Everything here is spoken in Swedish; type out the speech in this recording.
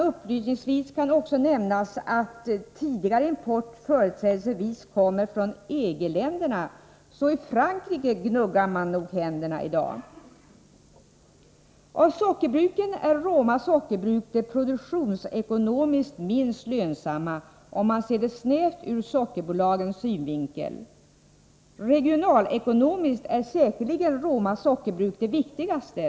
Upplysningsvis kan också nämnas att tidigare import företrädesvis kommer från EG-länderna, så i Frankrike gnuggar man nog händerna i dag. Av sockerbruken är Roma sockerbruk det produktionsekonomiskt minst lönsamma, om man ser det snävt ur sockerbolagens synvinkel. Regionalekonomiskt är säkerligen Roma sockerbruk det viktigaste.